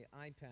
iPad